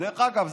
דרך אגב,